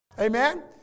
Amen